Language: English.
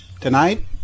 tonight